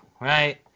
right